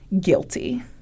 guilty